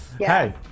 Hey